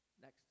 Next